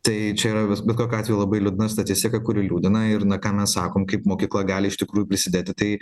tai čia yra bet kokiu atveju labai liūdna statistika kuri liūdina ir na ką mes sakom kaip mokykla gali iš tikrųjų prisidėti tai